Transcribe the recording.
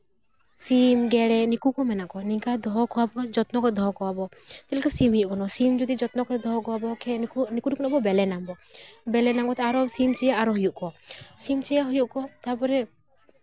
ᱥᱤᱢ ᱜᱮᱰᱮ ᱱᱩᱠᱩ ᱠᱚ ᱢᱮᱱᱟᱜ ᱠᱚᱣᱟ ᱱᱚᱝᱠᱟ ᱫᱚᱦᱚ ᱠᱚᱣᱟᱵᱚᱱ ᱡᱚᱛᱱᱚ ᱨᱮ ᱫᱚᱦᱚ ᱠᱚᱣᱟᱵᱚᱱ ᱪᱮᱫ ᱞᱮᱠᱟ ᱥᱤᱢ ᱦᱩᱭᱩᱜ ᱠᱟᱱᱟ ᱥᱤᱢ ᱡᱩᱫᱤ ᱡᱚᱛᱱᱚ ᱠᱟᱛᱮᱜ ᱫᱚᱦᱚ ᱠᱚᱣᱟ ᱵᱚᱱ ᱱᱩᱠᱩ ᱴᱷᱮᱱ ᱠᱷᱚᱡ ᱵᱮᱞᱮ ᱧᱟᱢ ᱟᱵᱚᱱ ᱵᱮᱞᱮ ᱧᱟᱢ ᱠᱟᱛᱮᱜ ᱥᱤᱢ ᱪᱮᱫ ᱟᱨᱚ ᱦᱩᱭᱩᱜ ᱟᱠᱚ ᱥᱤᱢ ᱦᱩᱭᱩᱜ ᱟᱠᱚ ᱛᱟᱨᱯᱚᱨᱮ